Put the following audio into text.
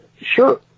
Sure